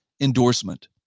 endorsement